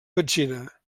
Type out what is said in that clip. petxina